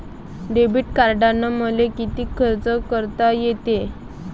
Debit कार्डानं मले किती खर्च करता येते?